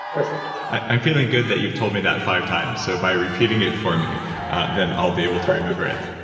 perfect i'm feeling good that you've told me that five times, so by repeating it for me then i'll be able to remember it,